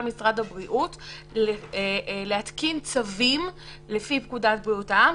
משרד הבריאות להתקין צווים לפי פקודת בריאות העם.